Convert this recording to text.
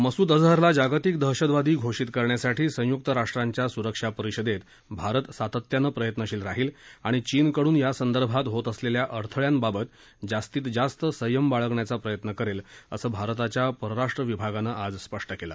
मसूद अजहरला जागतिक दहशतवादी घोषीत करण्यासाठी संयुक्त राष्ट्रांच्या सुरक्षा परिषदेत भारत सातत्यानं प्रयत्नशील राहील आणि चीनकडून यासंदर्भात होत असलेल्या अडथळ्यांबाबत जास्तीत जास्त संयम बाळगण्याचा प्रयत्न करेल असं भारताच्या परराष्ट्र विभागानं आज स्पष्ट केलं